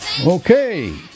Okay